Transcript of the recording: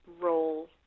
role